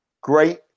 Great